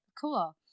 Cool